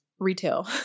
Retail